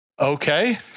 Okay